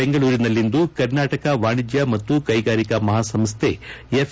ಬೆಂಗಳೂರಿನಲ್ಲಿಂದು ಕರ್ನಾಟಕ ವಾಣಿಜ್ಯ ಮತ್ತು ಕೈಗಾರಿಕಾ ಮಹಾಸಂಸ್ಟೆ ಎಫ್